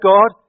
God